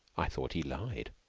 i thought he lied.